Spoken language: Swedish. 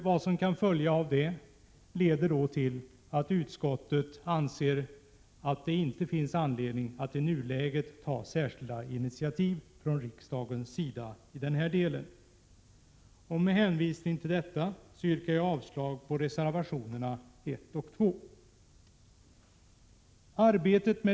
Vad som kan följa av dessa överläggningar är att utskottet anser att det i nuläget inte finns anledning att ta särskilda initiativ från riksdagens sida. Med hänvisning till vad jag anfört yrkar jag avslag på reservationerna 1 och 2.